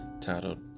titled